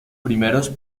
primeros